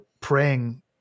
praying